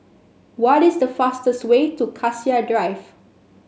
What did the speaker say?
what is the fastest way to Cassia Drive